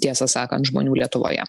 tiesą sakant žmonių lietuvoje